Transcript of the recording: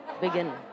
begin